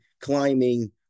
climbing